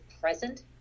present